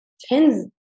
tens